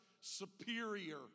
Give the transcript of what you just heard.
superior